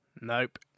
Nope